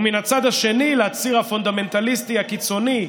מן הצד השני לציר הפונדמנטליסטי הקיצוני,